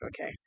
okay